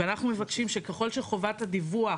ואנחנו מבקשים שככל שחובת הדיווח